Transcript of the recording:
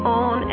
on